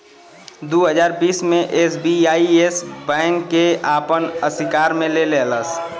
दू हज़ार बीस मे एस.बी.आई येस बैंक के आपन अशिकार मे ले लेहलस